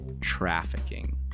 trafficking